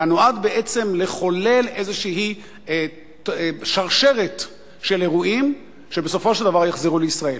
אלא לחולל איזו שרשרת של אירועים שבסופו של דבר יחזרו לישראל.